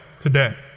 today